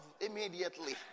immediately